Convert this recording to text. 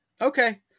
Okay